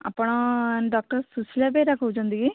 ଆପଣ ଡକ୍ଟର ସୁଶିଳା ବେହେରା କହୁଛନ୍ତି କି